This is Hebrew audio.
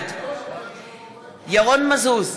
בעד ירון מזוז,